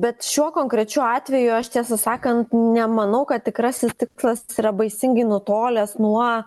bet šiuo konkrečiu atveju aš tiesą sakant nemanau kad tikrasis tikslas yra baisingai nutolęs nuo